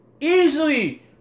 Easily